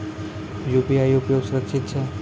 UPI उपयोग सुरक्षित छै?